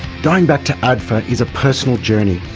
going back to adfa is a personal journey.